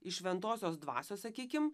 iš šventosios dvasios sakykim